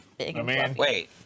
Wait